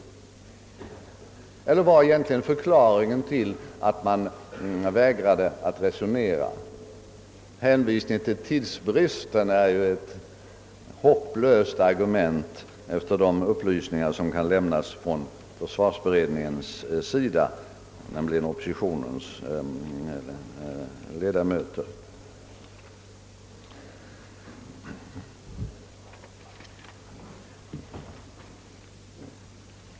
Eller vad är annars förklaringen till att man vägrat att resonera om nästa års anslag? Hänvisningen till »tidsbrist» är ett hopplöst argument efter de upplysningar som kan lämnas från oppositionens ledamöter i försvarsberedningen.